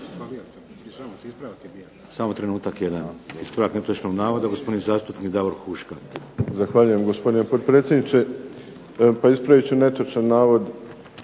razumije se./… Što ste napisali? Samo trenutak jedan. Ispravak netočnog navoda, gospodin zastupnik Davor Huška. **Huška, Davor (HDZ)** Zahvaljujem gospodine potpredsjedniče. Pa ispravit ću netočan navod